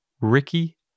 Ricky